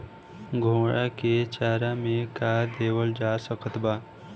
घोड़ा के चारा मे का देवल जा सकत बा?